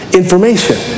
information